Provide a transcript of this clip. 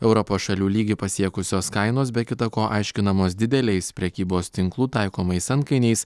europos šalių lygį pasiekusios kainos be kita ko aiškinamos dideliais prekybos tinklų taikomais antkainiais